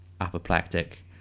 apoplectic